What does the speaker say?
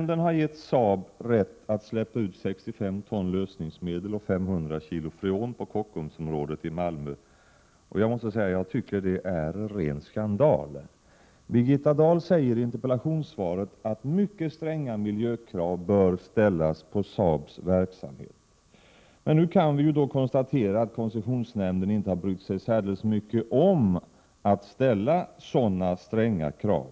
Koncessionsnämnden har gett Saab rätt att släppa ut 65 ton lösningsmedel och 500 kg freon på Kockumsområdet i Malmö. Jag anser att det är en ren skandal. Birgitta Dahl säger i interpellationssvaret att mycket stränga miljökrav bör ställas på Saabs verksamhet. Vi kan nu konstatera att koncessionsnämnden inte brytt sig särdeles mycket om att ställa sådana stränga krav.